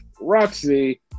Roxy